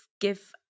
give